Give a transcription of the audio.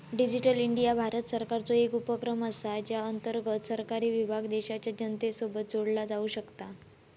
digital India Bharat सरकारचो एक उपक्रम असा ज्या अंतर्गत सरकारी विभाग देशाच्या जनतेसोबत जोडला जाऊ शकता